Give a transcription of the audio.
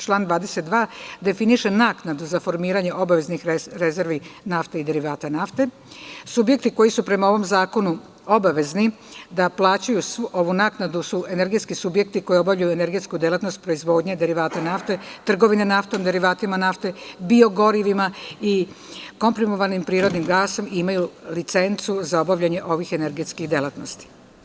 Član 22. definiše naknadu za formiranje obaveznih rezervi naftnih derivata nafte, subjekti koji su prema ovom zakonu obavezni da plaćaju svu ovu naknadu su energetski subjekti koji obavljaju energetsku delatnost proizvodnje derivata nafte, trgovine naftom, derivatima nafte, bio-gorivima i komprimovanim prirodnim gasom, imaju licencu za obavljanje ovih energetskih delatnosti.